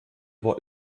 war